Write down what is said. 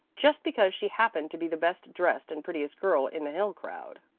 just because she happened to be the best dressed and prettiest girl in the hill crowd.